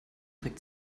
trick